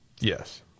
Yes